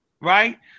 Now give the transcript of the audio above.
right